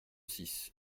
six